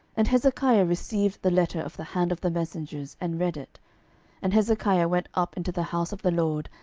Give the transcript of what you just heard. and hezekiah received the letter of the hand of the messengers, and read it and hezekiah went up into the house of the lord,